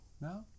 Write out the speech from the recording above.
No